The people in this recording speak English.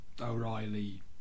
O'Reilly